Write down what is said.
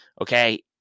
Okay